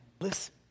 Listen